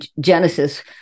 Genesis